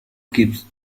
kipps